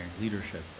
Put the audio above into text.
leadership